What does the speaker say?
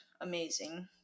amazing